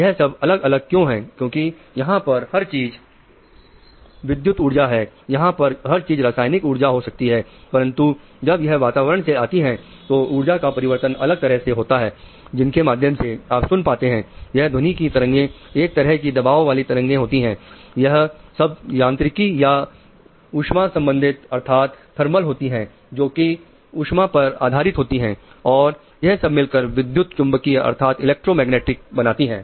यह सब यांत्रिकी या उस्मा संबंधित अर्थात थर्मल होती हैं जो कि ऊष्मा पर आधारित होती हैं और यह सब मिलकर विद्युत चुंबकीय अर्थात इलेक्ट्रोमैग्नेटिक बनाती हैं